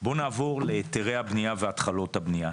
בוא נעבור להיתרי הבנייה והתחלות הבנייה.